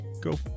go